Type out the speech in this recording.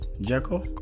Jekyll